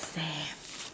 exam